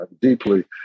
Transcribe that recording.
deeply